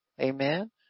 Amen